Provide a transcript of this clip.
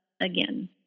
again